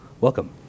welcome